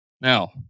Now